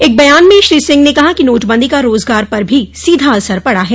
एक बयान में श्री सिंह ने कहा कि नोटबंदी का रोजगार पर भी सीधा असर पड़ा है